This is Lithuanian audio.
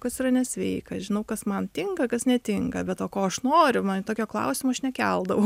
kas yra nesveika žinau kas man tinka kas netinka bet o ko aš noriu tokio klausimo aš nekeldavau